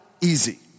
easy